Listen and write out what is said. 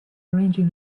arranging